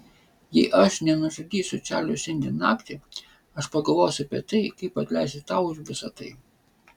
jei aš nenužudysiu čarlio šiandien naktį aš pagalvosiu apie tai kaip atleisti tau už visą tai